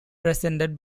presented